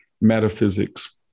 metaphysics